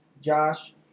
Josh